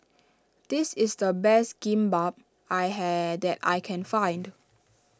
this is the best Kimbap I had that I can find